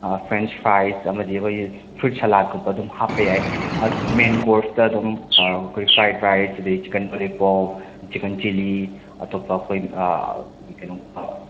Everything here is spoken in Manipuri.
ꯑꯥ ꯐ꯭ꯔꯦꯟꯁ ꯐ꯭ꯔꯥꯏꯠ ꯑꯃꯗꯤ ꯑꯩꯈꯣꯏꯒꯤ ꯐ꯭ꯔꯨꯠ ꯁꯂꯥꯠꯒꯨꯝꯕ ꯑꯗꯨꯝ ꯍꯥꯞꯄ ꯌꯥꯏ ꯃꯦꯟ ꯀꯣꯔꯁꯇ ꯑꯗꯨꯝ ꯑꯩꯈꯣꯏ ꯐ꯭ꯔꯥꯏ ꯔꯥꯏꯁ ꯑꯗꯩ ꯆꯤꯛꯀꯟ ꯂꯣꯂꯤꯄꯣꯞ ꯆꯤꯛꯀꯟ ꯆꯤꯜꯂꯤ ꯑꯇꯣꯞꯄ ꯑꯩꯈꯣꯏꯒꯤ ꯀꯩꯅꯣꯒꯨꯝꯕ